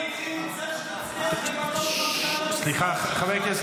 בוא נתחיל עם זה שתצליח למנות מנכ"ל --- מיניתי,